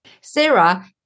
Sarah